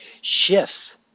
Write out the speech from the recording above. shifts